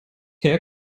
der